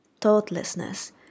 Thoughtlessness